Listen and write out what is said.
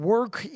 Work